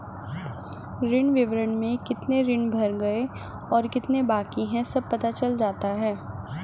ऋण विवरण में कितने ऋण भर गए और कितने बाकि है सब पता चल जाता है